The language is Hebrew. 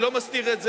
אני לא מסתיר את זה,